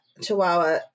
chihuahua